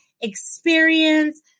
experience